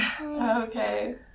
Okay